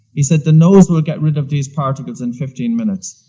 he said, the nose will get rid of these particles in fifteen minutes,